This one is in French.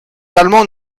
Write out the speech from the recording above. allemands